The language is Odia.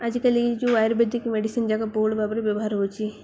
ଆଜିକାଲି ଏ ଯେଉଁ ଆୟୁବେଦିକ ମେଡ଼ିସିନ୍ ଯାକ ବହୁଳ ଭାବରେ ବ୍ୟବହାର ହେଉଛି